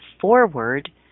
forward